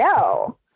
no